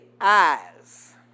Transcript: eyes